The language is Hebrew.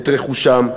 את רכושם,